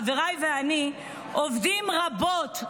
חבריי ואני עובדים רבות,